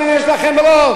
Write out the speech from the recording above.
גם אם יש לכם רוב.